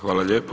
Hvala lijepo.